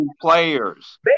players